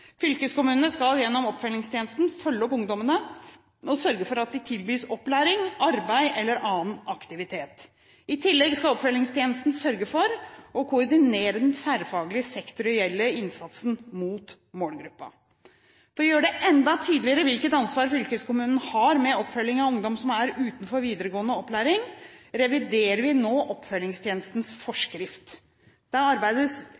Fylkeskommunene skal gjennom oppfølgingstjenesten følge opp ungdommene og sørge for at de tilbys opplæring, arbeid eller annen aktivitet. I tillegg skal oppfølgingstjenesten sørge for og koordinere den tverrfaglige sektorielle innsatsen mot målgruppen. For å gjøre det enda tydeligere hvilket ansvar fylkeskommunen har med oppfølging av ungdom som er utenfor videregående opplæring, reviderer vi nå oppfølgingstjenestens forskrift. Det arbeides